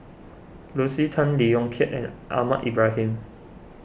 Lucy Tan Lee Yong Kiat and Ahmad Ibrahim